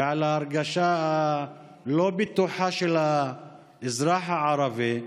ועל ההרגשה הלא-בטוחה של האזרח הערבי,